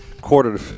quarter